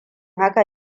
haka